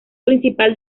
principal